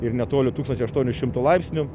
ir netoli tūkstančio aštuonių šimtų laipsnių